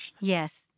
Yes